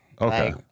Okay